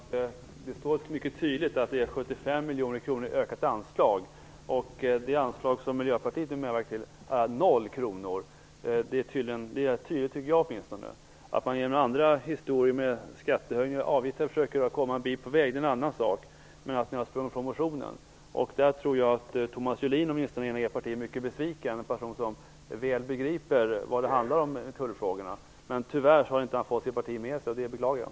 Herr talman! Det står mycket tydligt att det är 75 miljoner kronor i ökat anslag. Det anslag som Miljöpartiet nu har lagt till är på noll kronor. Jag tycker åtminstone att det är tydligt. Att man genom andra historier med skattehöjningar och avgifter försöker komma en bit på väg är en annan sak. Men nog har ni sprungit ifrån motionen. Jag tror att Thomas Julin i Miljöpartiet är mycket besviken. Det är en person som mycket väl begriper vad tullfrågorna handlar om. Men han har tyvärr inte fått sitt parti med sig, och det beklagar jag.